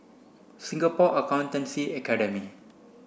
Singapore Accountancy Academy